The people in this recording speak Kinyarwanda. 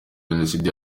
jenoside